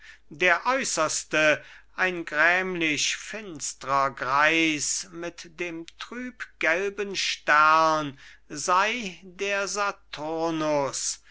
der äußerste ein grämlich finstrer greis mit dem trübgelben stern sei der